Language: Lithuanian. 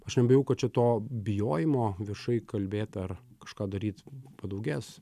aš nebijau kad čia to bijojimo viešai kalbėt ar kažką daryt padaugės